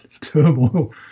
turmoil